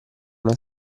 una